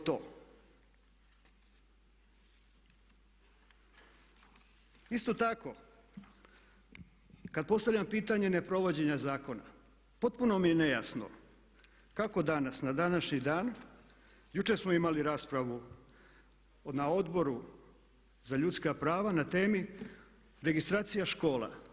Isto tako, kad postavljam pitanje neprovođenja zakona potpuno mi je nejasno kako danas na današnji dan, jučer smo imali raspravu na Odboru za ljudska prava na temi registracija škola.